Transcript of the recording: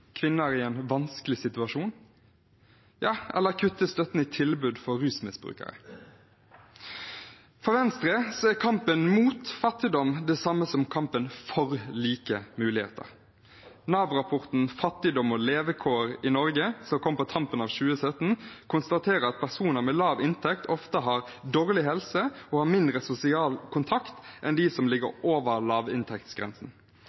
kvinner i en vanskelig situasjon, eller kutte i støtten til tilbud til rusmisbrukere. For Venstre er kampen mot fattigdom det samme som kampen for like muligheter. Nav-rapporten Fattigdom og levekår i Norge, som kom på tampen av 2017, konstaterer at personer med lav inntekt oftere har dårlig helse og mindre sosial kontakt enn dem som